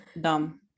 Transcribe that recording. dumb